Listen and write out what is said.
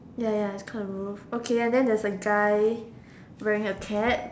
ya ya is kind of roof okay and then there's a guy wearing a cap